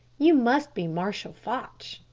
you must be marshal foch,